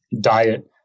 diet